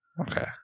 Okay